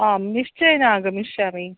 आं निश्चयेन आहमिष्यामि